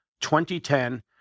2010